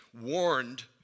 warned